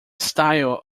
style